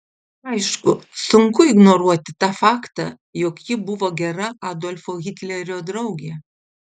aišku sunku ignoruoti tą faktą jog ji buvo gera adolfo hitlerio draugė